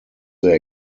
their